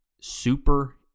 Super